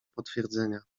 potwierdzenia